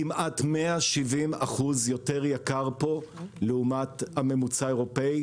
כמעט 170% יותר יקר פה לעומת הממוצע האירופאי